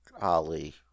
Ali